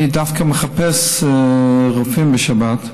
אני דווקא מחפש רופאים בשבת,